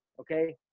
okay